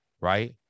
right